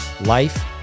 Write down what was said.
life